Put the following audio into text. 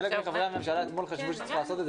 כפי שאמרת,